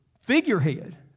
figurehead